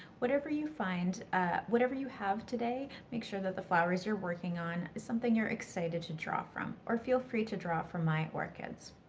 whatever you find whatever you have today, make sure that the flowers you're working on, is something you're excited to draw from. or feel free to draw from my orchids.